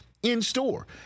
in-store